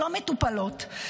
שלא מטופלות,